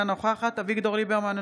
אינה נוכחת אביגדור ליברמן,